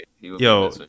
Yo